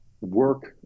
work